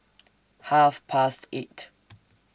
Half Past eight